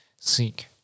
seek